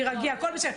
תירגעי, הכול בסדר.